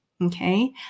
Okay